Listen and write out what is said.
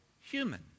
human